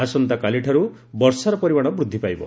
ଆସନ୍ତାକାଲିଠାର୍ ବର୍ଷାର ପରିମାଣ ବୃଦ୍ଧି ପାଇବ